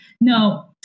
no